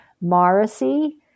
Morrissey